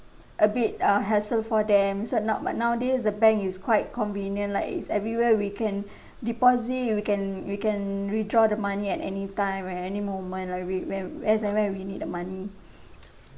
a bit uh hassle for them so not but nowadays the bank is quite convenient like it's everywhere we can deposit we can we can withdraw the money at anytime at any moment like we when as and when we need the money